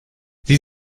sie